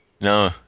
No